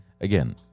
again